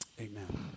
Amen